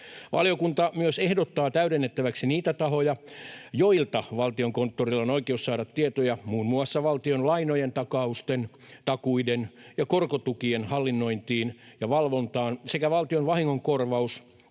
Valiokunta myös ehdottaa täydennettäväksi niitä tahoja, joilta Valtiokonttorilla on oikeus saada tietoja muun muassa valtion lainojen, takausten, takuiden ja korkotukien hallinnointiin ja valvontaan sekä valtion vahingonkorvaus‑,